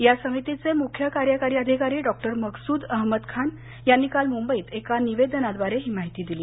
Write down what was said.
या समितीचे मुख्य कार्यकारी अधिकारी डॉक्टर मकसूद अहमद खान यांनी काल मूंबईत एका निवेदनाद्वारे ही माहिती दिली